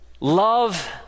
love